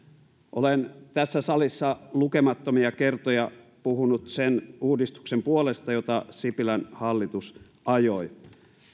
olen tässä salissa lukemattomia kertoja puhunut sen uudistuksen puolesta jota sipilän hallitus ajoi